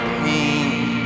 pain